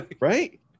Right